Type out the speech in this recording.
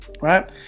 Right